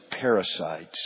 parasites